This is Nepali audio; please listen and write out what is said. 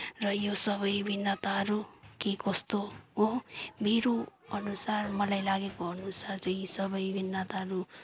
र यो सबै भिन्नताहरू के कस्तो हो मेरो अनुसार मलाई लागेको अनुसार चाहिँ यी सबै भिन्नताहरू